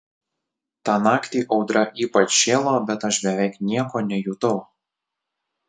tą naktį audra ypač šėlo bet aš beveik nieko nejutau